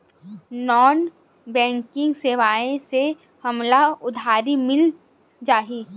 Non banking सेवाएं से हमला उधारी मिल जाहि?